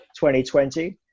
2020